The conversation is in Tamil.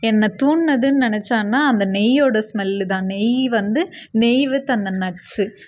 என்னை தூண்டினதுனு நெனச்சேனா அந்த நெய்யோடய ஸ்மெல்லு தான் நெய் வந்து நெய் வித் அந்த நட்ஸு